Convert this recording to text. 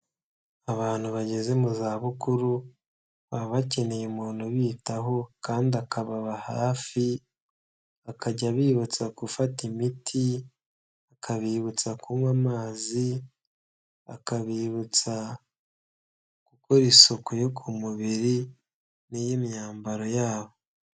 Abantu bageze mu za bukuru baba bakeneye umuntu ubitaho kandi akababa hafi, akajya abibutsa gufata imiti akabibutsa kunywa amazi akabibutsa gukora isuku yo ku mubiri n'iy'imyambaro yabo.